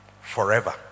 forever